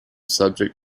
subject